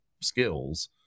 skills